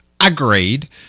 Agreed